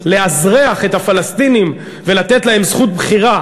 לאזרח את הפלסטינים ולתת להם זכות בחירה